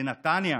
לנתניה